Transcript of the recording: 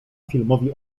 filmowi